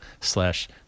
slash